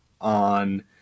on